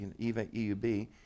EUB